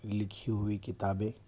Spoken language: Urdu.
لکھی ہوئی کتابیں